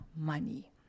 money